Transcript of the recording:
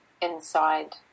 inside